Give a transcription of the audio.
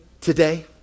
Today